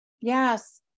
Yes